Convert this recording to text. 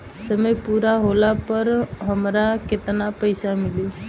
समय पूरा होला पर हमरा केतना पइसा मिली?